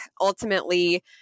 ultimately